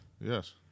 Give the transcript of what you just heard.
Yes